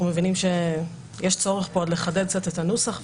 אנחנו מבינים שיש פה צורך עוד לחדד קצת את הנוסח,